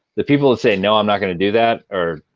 the people would say, no, i'm not going to do that are